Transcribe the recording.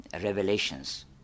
revelations